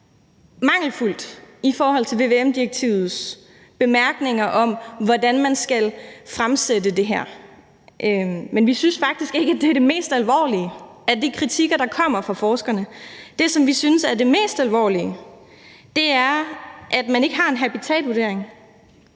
mangelfuldt i forhold til vvm-direktivets bemærkninger om, hvordan man skal fremsætte det her. Men vi synes faktisk ikke, at det er det mest alvorlige i den kritik, der kommer fra forskerne. Det, som vi synes er det mest alvorlige, er, at man ikke har en habitatvurdering;